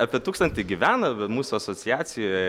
apie tūkstantį gyvena mūsų asociacijoje